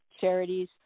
charities